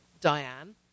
Diane